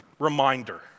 Reminder